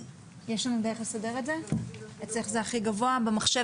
יש הרבה מאוד קבוצות של בני נוער בתוך מערכת